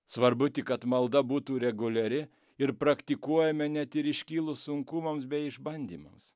svarbu tik kad malda būtų reguliari ir praktikuojame net ir iškilus sunkumams bei išbandymams